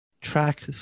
track